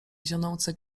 zionące